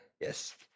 Yes